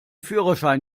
führerschein